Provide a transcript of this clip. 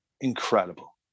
incredible